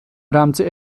rámci